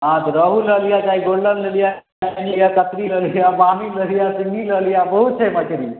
हँ तऽ रहु लऽ लिऽ चाहे गोल्डन लऽ लिअ कनी या कतरी लऽ लिऽ बामी लऽ लिऽ सिङ्घी लऽ लिऽ बहुत छै मछरी